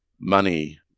money